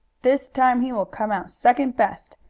this time he will come out second best,